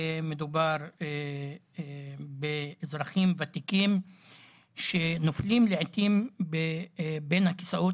מדובר באזרחים ותיקים שנופלים לעיתים בין הכיסאות